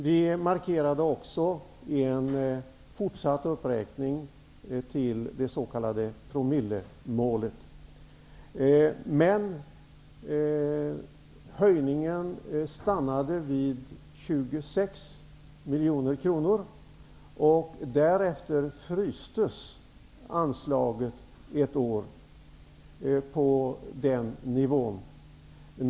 Vi markerade också en fortsatt uppräkning till det s.k. promillemålet. Men höjningen stannade vid 26 miljoner kronor, och därefter frystes anslaget ett år på den nivån.